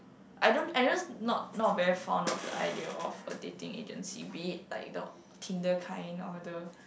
I don't I just not not very fond of the idea of a dating agency be it like the Tinder kind or the